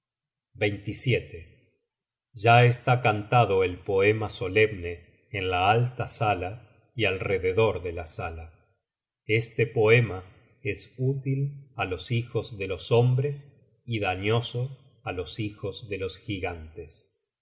ya está cantado el poema solemne en la alta sala y alrededor de la sala este poema es útil á los hijos de los hombres y dañoso álos hijos de los gigantes